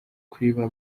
kwiba